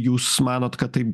jūs manot kad tai